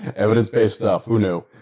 evidence based stuff, who knew?